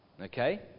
Okay